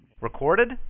Recorded